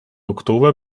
oktober